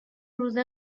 روز